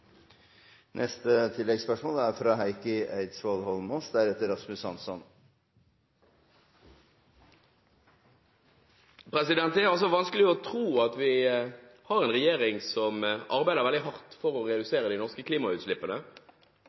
Heikki Eidsvoll Holmås – til oppfølgingsspørsmål. Det er vanskelig å tro at vi har en regjering som arbeider veldig hardt for å redusere de norske klimautslippene